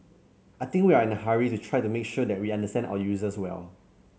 I think we are in a hurry to try to make sure that we understand our users well